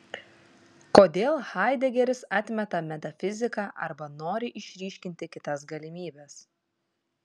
kodėl haidegeris atmeta metafiziką arba nori išryškinti kitas galimybes